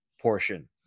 portion